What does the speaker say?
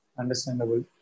understandable